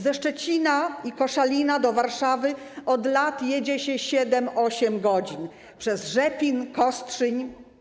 Ze Szczecina i Koszalina do Warszawy od lat jedzie się 7, 8 godzin przez Rzepin i Kostrzyn.